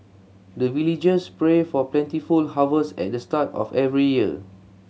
the villagers pray for plentiful harvest at the start of every year